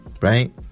right